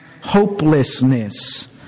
hopelessness